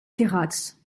terrats